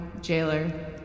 jailer